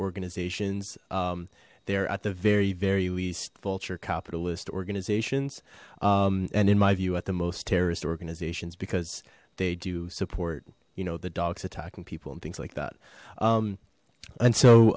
organizations they are at the very very least vulture capitalist organizations and in my view at the most terrorist organizations because they do support you know the dogs attacking people and things like that and